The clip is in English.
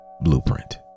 Blueprint